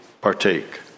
partake